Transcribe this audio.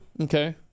okay